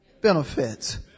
benefits